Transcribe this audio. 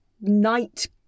night